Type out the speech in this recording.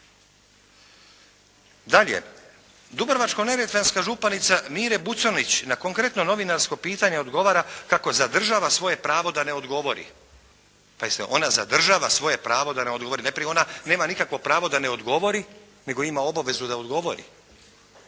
Dalje, Dubrovačko-neretvanska županica Mire Bucanić na konkretno novinarsko pitanje odgovara kako zadržava svoje pravo da ne odgovori. Pazite, ona zadržava svoje pravo da ne odgovori. Najprije ona nema nikakvo pravo da ne odgovori nego ima obavezu da odgovori,